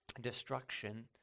destruction